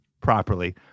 properly